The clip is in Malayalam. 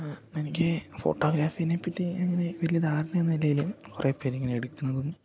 എനിക്ക് ഫോട്ടോഗ്രാഫീനെപ്പറ്റി അങ്ങനെ വലിയ ധാരണ ഒന്നും ഇല്ലെങ്കിലും കുറേ പേരിങ്ങനെ എടുക്കുന്നതും